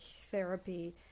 therapy